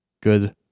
good